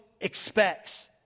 expects